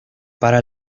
para